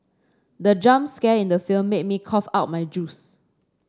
the jump scare in the film made me cough out my juice